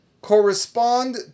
correspond